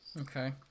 Okay